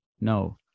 no